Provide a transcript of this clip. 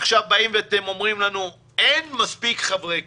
עכשיו אתם באים ואומרים לנו: אין מספיק חברי כנסת,